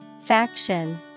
Faction